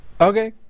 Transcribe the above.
okay